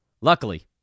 Luckily